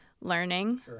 learning